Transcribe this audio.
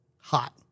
Hot